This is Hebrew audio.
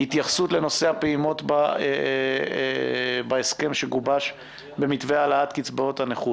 התייחסות לנושא הפעימות בהסכם שגובש במתווה העלאת קצבאות הנכות.